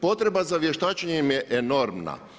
Potreba za vještačenjem je enormna.